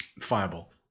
fireball